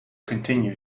continued